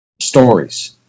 stories